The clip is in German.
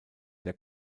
der